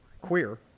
queer